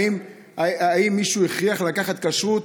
האם מישהו הכריח לקחת כשרות?